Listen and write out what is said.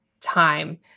time